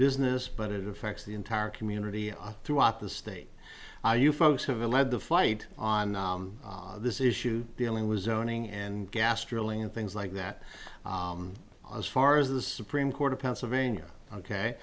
business but it affects the entire community throughout the state are you folks have led the fight on this issue dealing with zoning and gas drilling and things like that as far as the supreme court of pennsylvania ok